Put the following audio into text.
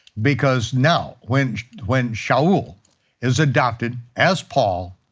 because now, when when shaul is adopted as paul,